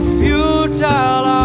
futile